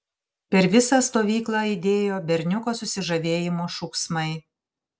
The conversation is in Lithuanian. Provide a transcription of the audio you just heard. per visą stovyklą aidėjo berniuko susižavėjimo šūksmai